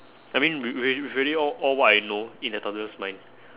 I mean re~ really really all all what I know in a toddler's mind